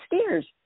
stairs